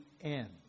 end